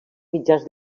mitjans